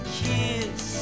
kiss